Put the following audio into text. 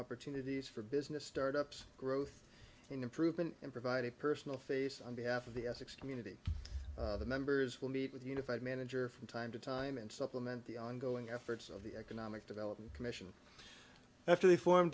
opportunities for business start ups growth and improvement and provide a personal face on behalf of the essex community members will meet with unified manager from time to time and supplement the ongoing efforts of the economic development commission after they for